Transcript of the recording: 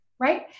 Right